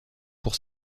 pour